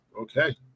Okay